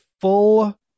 full